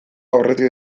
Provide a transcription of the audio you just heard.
aurretik